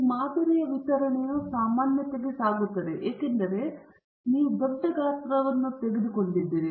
ಈ ಮಾದರಿಯ ವಿತರಣೆಯು ಸಾಮಾನ್ಯತೆಗೆ ಸಾಗುತ್ತದೆ ಏಕೆಂದರೆ ನೀವು ದೊಡ್ಡ ಗಾತ್ರದ ಗಾತ್ರವನ್ನು ತೆಗೆದುಕೊಂಡಿದ್ದೀರಿ